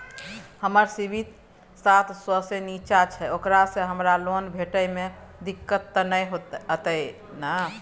हमर सिबिल सात सौ से निचा छै ओकरा से हमरा लोन भेटय में दिक्कत त नय अयतै ने?